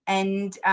and